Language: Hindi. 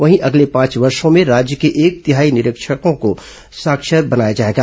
वहीं अगले पांच वर्षो में राज्य के एक तिहाई निरक्षरों को साक्षर बनाया जाएगा